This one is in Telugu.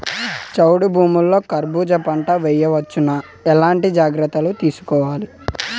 చౌడు భూముల్లో కర్బూజ పంట వేయవచ్చు నా? ఎట్లాంటి జాగ్రత్తలు తీసుకోవాలి?